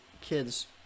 kids